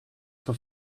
for